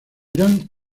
irán